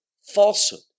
falsehood